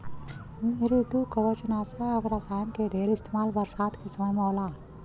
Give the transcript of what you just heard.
मृदुकवचनाशक रसायन के ढेर इस्तेमाल बरसात के समय होला